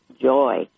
joy